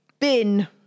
Bin